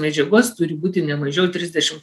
medžiagos turi būti ne mažiau trisdešim